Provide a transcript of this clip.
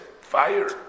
fire